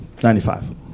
95